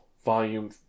Volume